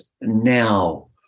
Now